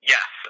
Yes